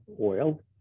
oil